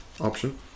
option